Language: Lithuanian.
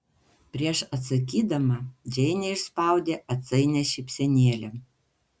prieš atsakydama džeinė išspaudė atsainią šypsenėlę